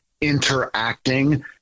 interacting